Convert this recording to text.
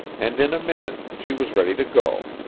and in a minute she was ready to go.